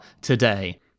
today